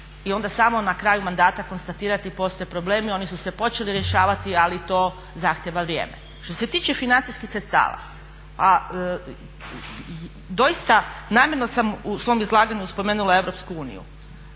i onda samo na kraju mandata konstatirati postoje problemi, oni su se počeli rješavati, ali to zahtijeva vrijeme. Što se tiče financijskih sredstava, doista namjerno sam u svom izlaganju spomenula Europsku uniju.